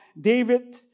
David